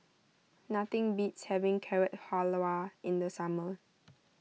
nothing beats having Carrot Halwa in the summer